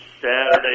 Saturday